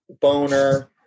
boner